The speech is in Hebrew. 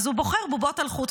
אז הוא בוחר בובות על חוט.